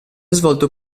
svolto